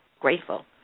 grateful